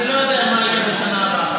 אני לא יודע מה יהיה בשנה הבאה.